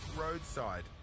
roadside